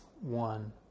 one